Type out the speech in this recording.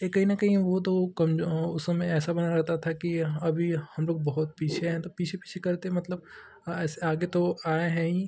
यह कहीं न कहीं वह तो कमज़ोर उस समय ऐसा बना रहता था कि अभी हमलोग बहुत पीछे हैं तो पीछे पीछे करते मतलब ऐसे आगे तो आए हैं ही